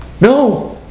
No